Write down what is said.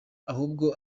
ahubwo